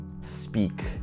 speak